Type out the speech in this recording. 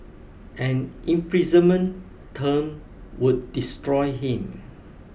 an imprisonment term would destroy him